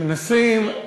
שמנסים, מחזור.